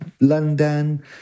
London